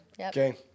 Okay